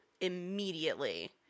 immediately